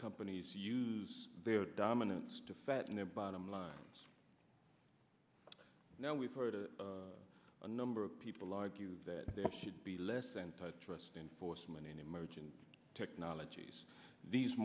companies use their dominance to fatten their bottom lines now we've heard a number of people argue that there should be less antitrust enforcement in emerging technologies these